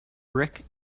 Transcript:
brick